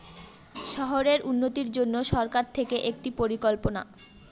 শহরের উন্নতির জন্য সরকার থেকে একটি পরিকল্পনা